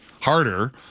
harder